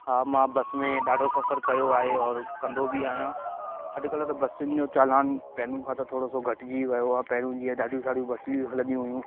हा मां बस में ॾाढो सफ़र कयो आहे और कंदो बि आहियां अॼकल्ह त बसियुनि जो चालान पहिरियों खां त थोरो सो घटिजी वियो आहे पहिरियों जीअं ॾाढियूं सारियूं बसियूं हलंदियूं हुइयूं